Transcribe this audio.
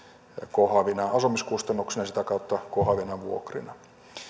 kohoavina asumiskustannuksina ja sitä kautta kohoavina vuokrina